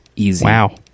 Wow